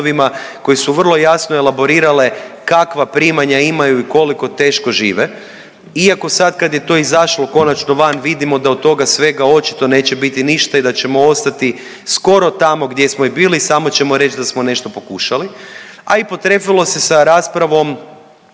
koje su vrlo jasno elaborirale kakva primanja imaju i koliko teško žive. Iako sad kad je to izašlo konačno van vidimo da od toga svega očito neće biti ništa i da ćemo ostati skoro tamo gdje smo i bili samo ćemo reć da smo nešto pokušali, a i potrefilo se sa raspravom